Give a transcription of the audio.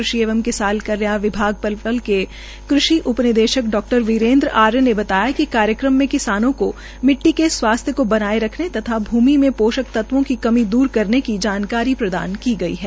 कृषि एवं जिला कल्याण विभाग पलवल के कृषि उप निदेशक डा वीरेन्द्र आर्य ने बताया कि कार्यक्रम में किसानों को मिट्टी के स्वास्थ्य को बनाए रखने तथा भूमि में पोषक तत्वों की कमी दूर करेन की जानकारी प्रदान की गई है